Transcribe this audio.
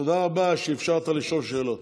תודה רבה על שאפשרת לשאול שאלות.